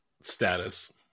status